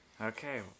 Okay